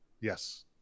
Yes